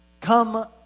come